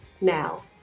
now